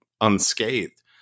unscathed